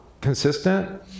consistent